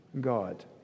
God